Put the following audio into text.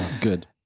good